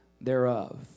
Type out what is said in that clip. thereof